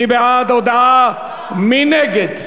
מי בעד ההודעה, מי נגד?